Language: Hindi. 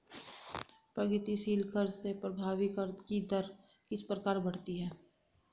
प्रगतिशील कर से प्रभावी कर की दर किस प्रकार बढ़ती है?